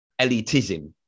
elitism